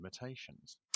imitations